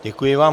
Děkuji vám.